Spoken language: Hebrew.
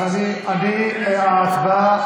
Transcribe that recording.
אז ההצבעה,